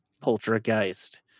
Poltergeist